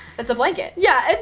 that's a blanket. yeah,